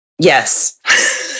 Yes